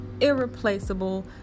irreplaceable